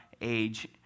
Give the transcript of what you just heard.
age